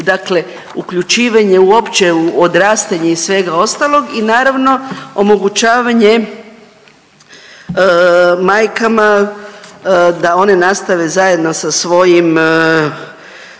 dakle uključivanje uopće u odrastanje i svega ostalog i naravno, omogućavanje majkama da one nastave zajedno sa svojim